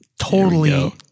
totally-